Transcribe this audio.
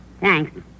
Thanks